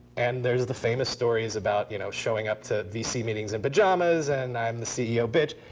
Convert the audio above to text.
and there's the famous stories about you know showing up to vc meetings in pajamas and i'm the ceo, bitch.